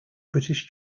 british